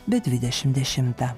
be dvidešim dešimtą